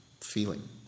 feeling